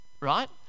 right